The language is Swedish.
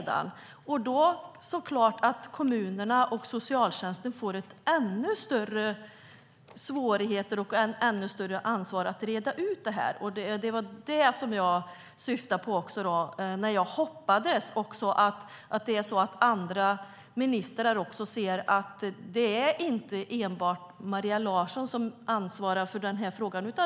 Därmed får kommunerna och socialtjänsten ännu större svårigheter och ett ännu större ansvar att reda ut det hela. Det var det jag syftade på när jag sade att jag hoppades att andra ministrar inser att det inte enbart är Maria Larsson som ansvarar för den här frågan.